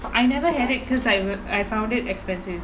I never had it because I I found it expensive